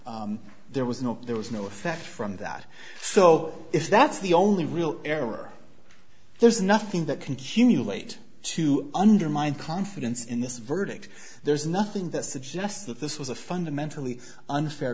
there was no there was no effect from that so if that's the only real error there's nothing that can cumulate to undermine confidence in this verdict there's nothing that suggests that this was a fundamentally unfair